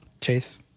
Chase